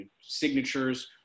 signatures